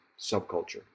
subculture